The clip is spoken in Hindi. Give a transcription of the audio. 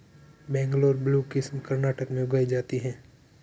बंगलौर ब्लू किस्म कर्नाटक में उगाई जाती है